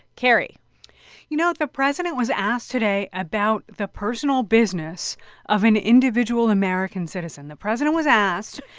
carrie you know, the president was asked today about the personal business of an individual american citizen. the president was asked.